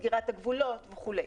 סגירת הגבולות וכו'.